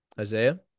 Isaiah